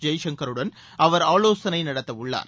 ஜெய்சங்கருடன் அவர் ஆலோசனை நடத்தவுள்ளார்